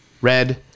Red